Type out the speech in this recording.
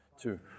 two